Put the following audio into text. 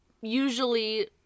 usually